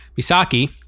misaki